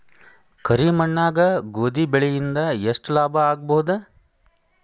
ಕರಿ ಮಣ್ಣಾಗ ಗೋಧಿ ಬೆಳಿ ಇಂದ ಎಷ್ಟ ಲಾಭ ಆಗಬಹುದ?